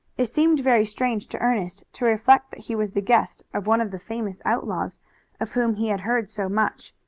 it seemed very strange to ernest to reflect that he was the guest of one of the famous outlaws of whom he had heard so much.